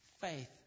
Faith